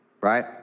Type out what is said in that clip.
right